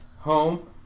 home